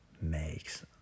makes